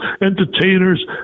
entertainers